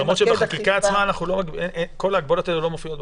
למרות שבחקיקה עצמה כל ההגבלות האלה לא מופיעות.